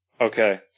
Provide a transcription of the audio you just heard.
Okay